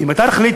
אם אתה תחליט,